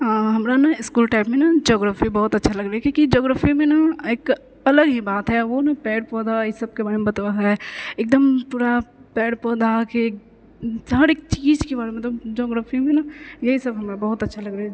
हमरा ने स्कूल टाइममे ने जोग्रफी बहुत अच्छा लगबै क्युकी जोग्रफीमे ने एक अलग ही बात है वो ने पेड़ पौधा ईसबके बारेमे बतबऽ है एकदम पूरा पेड़ पौधाके हरेक चीजके बारेमे मतलब जोग्रफीमे ने इएह सब हमरा ने बहुत अच्छा लगऽ है